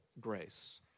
grace